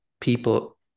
people